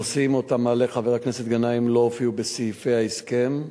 הנושאים שמעלה חבר הכנסת גנאים לא הופיעו בסעיפי ההסכם,